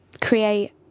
create